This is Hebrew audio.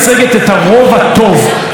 כלומר הצד השני הוא הרע.